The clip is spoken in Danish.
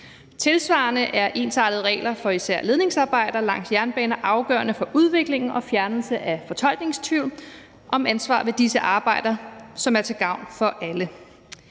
Tilsvarende er ensartede regler for især ledningsarbejder langs jernbaner afgørende for udviklingen og for fjernelsen af fortolkningstvivl om ansvar ved disse arbejder, hvilket er til gavn for alle.